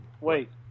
wait